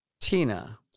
Tina